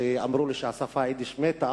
כשאמרו לו ששפת היידיש מתה,